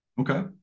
Okay